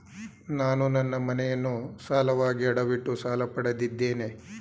ನಾನು ನನ್ನ ಮನೆಯನ್ನು ಸಾಲವಾಗಿ ಅಡವಿಟ್ಟು ಸಾಲ ಪಡೆದಿದ್ದೇನೆ